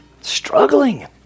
struggling